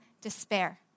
despair